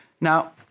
Now